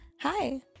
hi